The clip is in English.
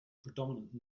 predominant